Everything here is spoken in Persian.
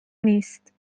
نیست